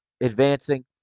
advancing